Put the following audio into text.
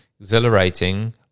exhilarating